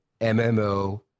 mmo